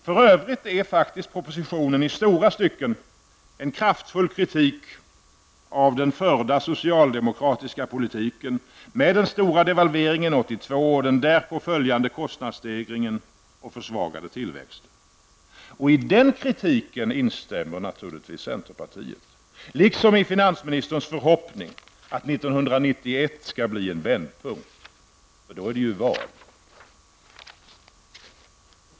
För övrigt innebär propositionen i stora stycken en kraftfull kritik av den förda socialdemokratiska politiken med den stora devalveringen 1982 och den därpå följande kostnadsstegringen och försvagade tillväxten. I den kritiken instämmer naturligtvis centerpartiet, liksom i finansministerns förhoppning att 1991 skall bli en vändpunkt -- det är ju val då!